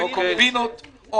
עם קומבינות.